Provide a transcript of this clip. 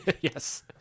Yes